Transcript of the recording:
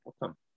Welcome